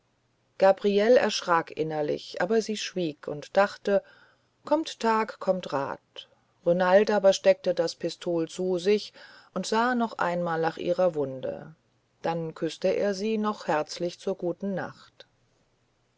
gabriele erschrak innerlichst aber sie schwieg und dachte kommt tag kommt rat renald aber steckte das pistol zu sich und sah noch einmal nach ihrer wunde dann küßte er sie noch herzlich zur guten nacht